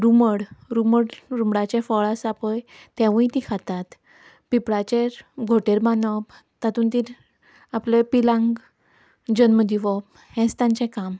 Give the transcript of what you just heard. रुमड रुमड रुमडाचें फळ आसा पळय तेंवुय तीं खातात पिंपळाचेर घोंटेर बांदप तातूंत तीं आपले पिलांक जल्म दिवप हेंच तांचें काम